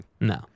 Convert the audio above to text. No